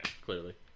Clearly